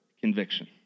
conviction